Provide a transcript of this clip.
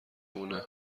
مونه